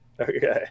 Okay